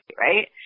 right